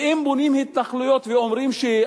ואם בונים התנחלויות ואומרים ש,